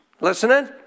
listening